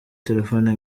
telefoni